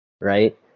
right